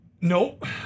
nope